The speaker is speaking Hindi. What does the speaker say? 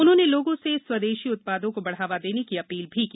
उन्होंने लोगों से स्वदेशी उत्पादों को बढ़ावा देने की अपील भी की